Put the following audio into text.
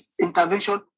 intervention